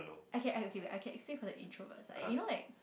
okay I okay wait I can explain for the first you know like